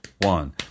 one